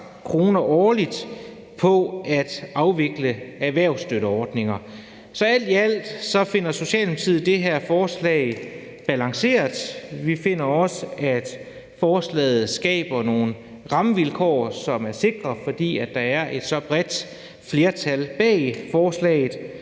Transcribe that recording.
kr. årligt på at afvikle erhvervsstøtteordninger. Så alt i alt finder Socialdemokratiet det her forslag balanceret. Vi finder også, at forslaget skaber nogle rammevilkår, som er sikre, fordi der er et så bredt flertal bag forslaget.